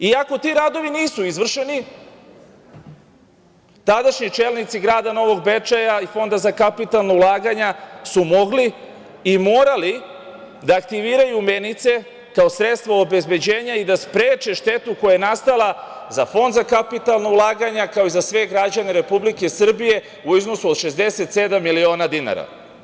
Iako ti radovi nisu izvršeni, tadašnji čelnici Grada Novog Bečeja i Fonda za kapitalna ulaganja su mogli i morali da aktiviraju menice kao sredstvo obezbeđenja i da spreče štetu koja je nastala za Fond za kapitalna ulaganja, kao i za sve građane Republike Srbije u iznosu od 67 miliona dinara.